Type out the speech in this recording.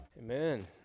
Amen